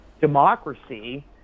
democracy